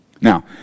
Now